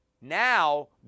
Now